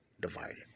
divided